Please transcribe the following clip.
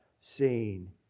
seen